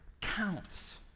counts